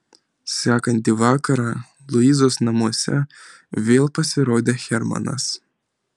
sekantį vakarą luizos namuose vėl pasirodė hermanas